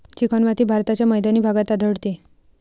चिकणमाती भारताच्या मैदानी भागात आढळते